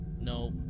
No